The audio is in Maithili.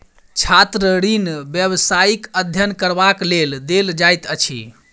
छात्र ऋण व्यवसायिक अध्ययन करबाक लेल देल जाइत अछि